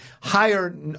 higher